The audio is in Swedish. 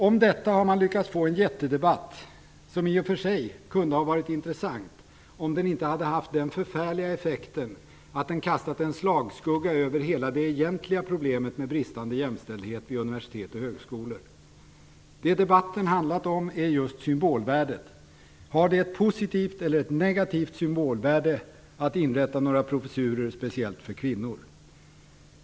Om detta har man lyckats få en jättedebatt, som i och för sig kunde ha varit intressant, om den inte hade haft den förfärliga effekten att den kastat en slagskugga över hela det egentliga problemet med bristande jämställdhet vid universitet och högskolor. Det debatten handlat om är just symbolvärdet. Har det ett positivt eller negativt symbolvärde att inrätta några professurer speciellt för kvinnor?